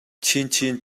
chinchin